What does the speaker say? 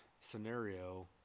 scenario